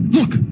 Look